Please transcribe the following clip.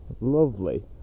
Lovely